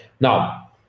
Now